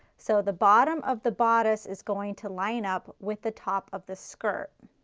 so the bottom of the bodice is going to line up with the top of the skirt.